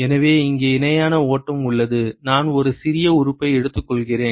எனவே இங்கே இணையான ஓட்டம் உள்ளது நான் ஒரு சிறிய உறுப்பை எடுத்துக்கொள்கிறேன்